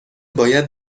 باید